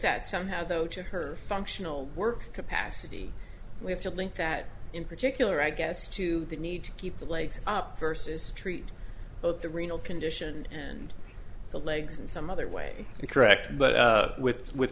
that somehow though to her functional work capacity we have to link that in particular i guess to the need to keep the legs up versus treat both the renal condition and the legs and some other way correct but with with